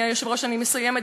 הוא עדיין מה שהיה,